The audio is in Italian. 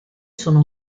sono